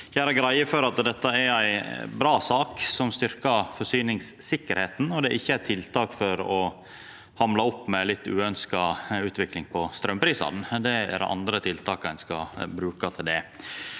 å gjera greie for at dette er ei bra sak som styrkjer forsyningssikkerheita. Det er ikkje eit tiltak for å hamla opp med ei litt uønskt utvikling for straumprisane. Det er andre tiltak ein skal bruka til det.